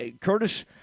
Curtis